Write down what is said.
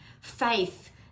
faith